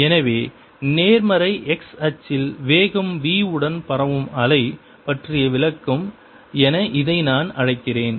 எனவே நேர்மறை x அச்சில் வேகம் v உடன் பரவும் அலை பற்றிய விளக்கம் என இதை நான் அழைக்கிறேன்